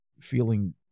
feeling